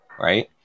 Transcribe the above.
right